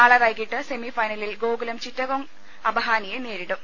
നാളെ വൈകീട്ട് സെമിഫൈനലിൽ ഗോകുലം ചിററഗോംഗ് അബഹാനിയെ നേരിടും